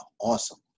awesome